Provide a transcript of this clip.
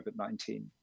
COVID-19